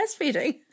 breastfeeding